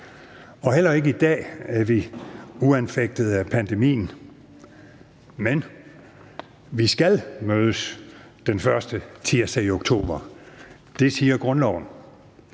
Og heller ikke i dag er vi uanfægtet af pandemien, men vi skal mødes den første tirsdag i oktober; det siger grundloven.